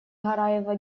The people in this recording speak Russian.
гараева